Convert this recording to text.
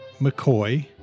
McCoy